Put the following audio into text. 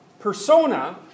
Persona